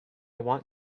want